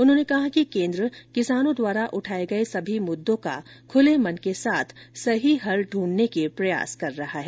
उन्होंने कहा कि केन्द्र किसानों द्वारा उठाए गए सभी मुद्दों का खुले मन के साथ सही हल दूंढने के प्रयास कर रहा है